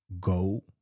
go